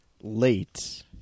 late